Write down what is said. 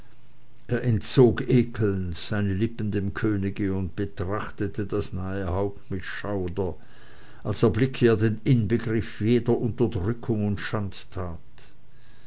entzog ekelnd seine lippen dem könige und betrachtete das nahe haupt mit schauder als erblicke er den inbegriff jeder unterdrückung und schandtat